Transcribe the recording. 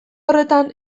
horretan